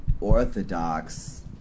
orthodox